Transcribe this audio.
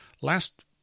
last